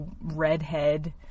redhead